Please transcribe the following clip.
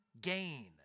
gain